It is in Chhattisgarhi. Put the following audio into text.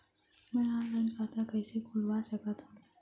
मैं ऑनलाइन खाता कइसे खुलवा सकत हव?